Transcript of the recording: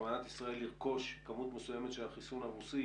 שבכוונת ישראל לרכוש כמות מסוימת של החיסון הרוסי